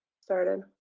started